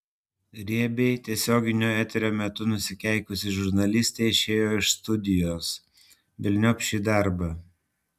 riebiai tiesioginio eterio metu nusikeikusi žurnalistė išėjo iš studijos velniop šį darbą